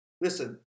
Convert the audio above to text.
listen